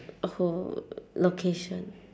oh [ho] location